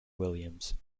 williams